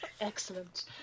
Excellent